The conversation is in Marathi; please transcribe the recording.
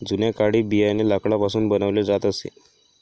जुन्या काळी बियाणे लाकडापासून बनवले जात असे